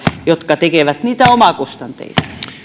jotka tekevät niitä omakustanteita